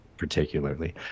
Particularly